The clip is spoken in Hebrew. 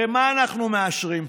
הרי מה אנחנו מאשרים פה?